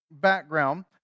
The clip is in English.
background